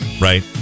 Right